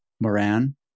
Moran